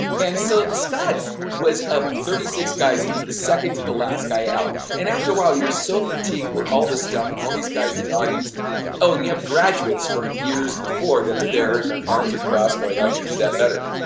and so scott was, ah thirty six guys, he was the second to the last guy out and after a while you're so fatigued with all this stuff and all these guys in the audience, oh, and you have graduates from the years before that are there and their arms are crossed boy, i could do that better.